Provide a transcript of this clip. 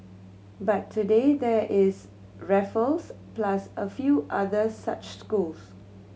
but today there is Raffles plus a few other such schools